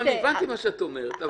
הבנתי מה שאת אומרת.